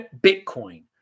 Bitcoin